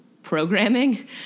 programming